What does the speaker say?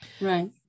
right